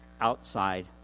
outside